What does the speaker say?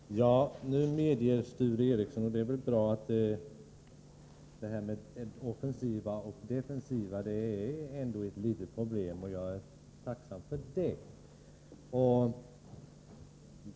Fru talman! Nu medger Sture Ericson, och det är bra, att det här med offensiva och defensiva vapen ändå är ett problem. Jag är tacksam för att han går med på det.